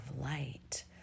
light